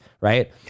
Right